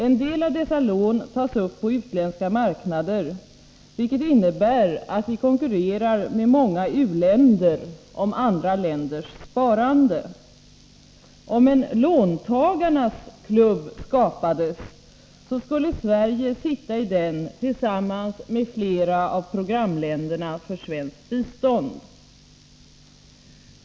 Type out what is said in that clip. En del av dessa lån tas upp på utländska marknader, vilket innebär att vi konkurrerar med många u-länder om andra länders sparande. Om en låntagarnas klubb skapades, skulle Sverige sitta i den tillsammans med flera av programländerna för svenskt bistånd.